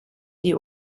die